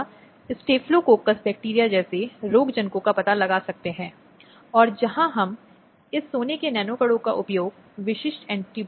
इसलिए महिलाएं केवल पुरुषों के स्वामित्व वाली या पूर्ण स्वामित्व वाली सहायक थीं